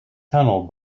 tunnel